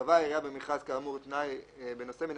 "קבעה העירייה במכרז כאמור תנאי בנושא מן